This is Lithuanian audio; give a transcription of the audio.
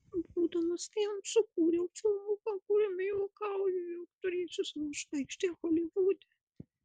būdamas ten sukūriau filmuką kuriame juokauju jog turėsiu savo žvaigždę holivude